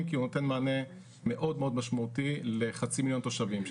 כי הוא נותן מענה מאוד מאוד משמעותי לחצי מיליון תושבים,